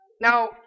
Now